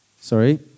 sorry